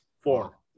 Four